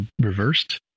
reversed